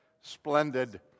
splendid